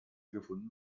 gefunden